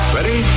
Ready